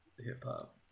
hip-hop